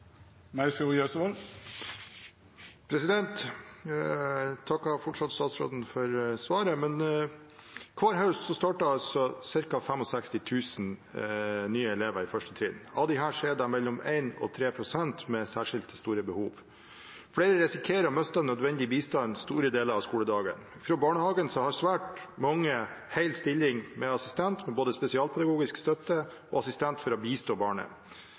takker fortsatt statsråden for svaret, men hver høst starter cirka 65 000 nye elever i 1. trinn, og av disse har mellom 1 og 3 pst. særskilt store behov. Flere risikerer å miste nødvendig bistand store deler av skoledagen. Fra barnehagen har svært mange hel stilling med assistent, både spesialpedagogisk støtte og assistent for å bistå barnet.